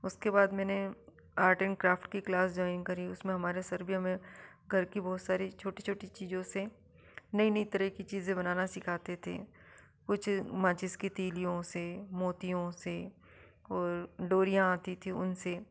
उसके बाद मैंने आर्ट एंड क्राफ्ट की क्लास ज्वाइन करी उसमें हमारे सर भी हमें घर की बहुत सारी छोटी छोटी चीज़ों से नई नई तरह की चीजें बनाना सिखाते थे कुछ माचिस की तीलियों से मोतियों से और डोरियाँ आती थी उनसे